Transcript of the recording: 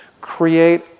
create